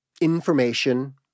information